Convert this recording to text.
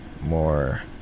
more